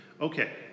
Okay